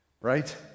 Right